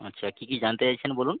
আচ্ছা কী কী জানতে চাইছেন বলুন